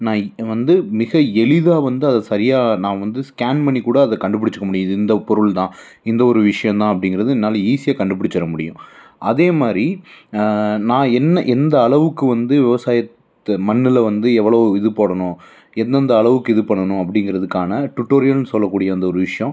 நான் வந்து மிக எளிதாக வந்து அத சரியாக நான் வந்து ஸ்கேன் பண்ணிக்கூட அதை கண்டுபிடிச்சிக்க முடியுது இந்த பொருள் தான் இந்த ஒரு விஷயம் தான் அப்படிங்கறது என்னால் ஈஸியாக கண்டுபிடிச்சிற முடியும் அதே மாதிரி நான் என்ன எந்த அளவுக்கு வந்து விவசாயத்தை மண்ணில் வந்து எவ்வளோ இது போடணும் எந்தெந்த அளவுக்கு இது பண்ணணும் அப்படிங்கறதுக்கான டுட்டோரியல்னு சொல்லக்கூடிய அந்த ஒரு விஷயோம்